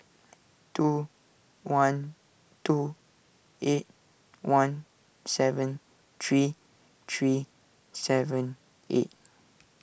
two one two eight one seven three three seven eight